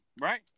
right